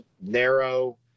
narrow